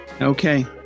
Okay